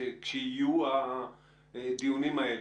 כשיהיו הדיונים האלה,